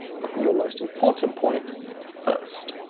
put your most important point first.